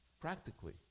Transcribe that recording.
Practically